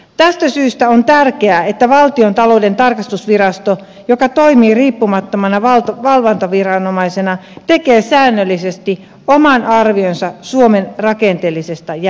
tästä syystä on tärkeää että valtiontalouden tarkastusvirasto joka toimii riippumattomana valvontaviranomaisena tekee säännöllisesti oman arvionsa suomen rakenteellisesta jäämästä